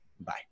bye